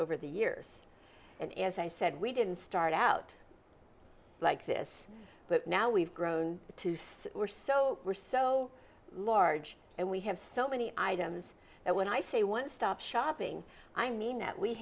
over the years and as i said we didn't start out like this but now we've grown to six or so we're so large and we have so many items that when i say one stop shopping i mean that we